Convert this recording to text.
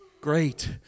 Great